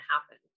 happen